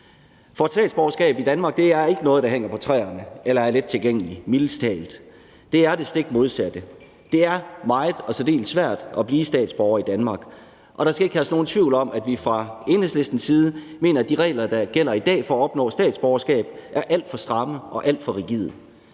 For et statsborgerskab i Danmark er ikke noget, der hænger på træerne eller er lettilgængeligt, mildest talt. Det er det stik modsatte. Det er meget og særdeles svært at blive statsborger i Danmark, og der skal ikke herske nogen tvivl om, at vi fra Enhedslistens side mener, at de regler, der gælder i dag, for at opnå statsborgerskab er alt for stramme og alt for rigide.